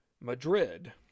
Madrid